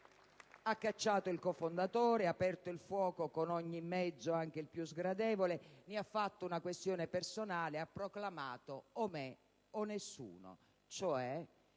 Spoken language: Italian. Ha cacciato il cofondatore. Ha aperto il fuoco con ogni mezzo, anche il più sgradevole. Ne ha fatto una questione personale. Ha proclamato: o me o nessuno.